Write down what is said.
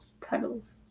titles